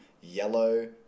yellow